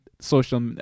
social